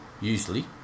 usually